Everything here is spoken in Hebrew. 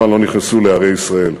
הם כמובן לא נכנסו לערי ישראל.